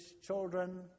children